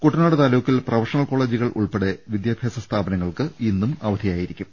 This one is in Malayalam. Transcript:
കുട്ടനാട് താലൂ ക്കിൽ പ്രൊഫഷണൽ കോളജ് ഉൾപ്പെടെ വിദ്യാഭ്യാസ സ്ഥാപനങ്ങൾക്ക് ഇന്നും അവധിയായിരിക്കും